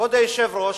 כבוד היושב-ראש,